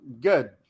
good